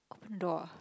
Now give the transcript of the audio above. door ah